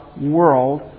world